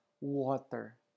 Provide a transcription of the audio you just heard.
water